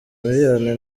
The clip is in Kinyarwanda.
miliyoni